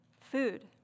Food